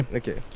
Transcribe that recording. okay